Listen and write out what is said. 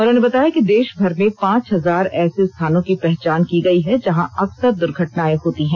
उन्होंने बताया कि देशभर में पांच हजार ऐसे स्थानों की पहचान की गई है जहां अक्सर द्र्घटनाएं होती हैं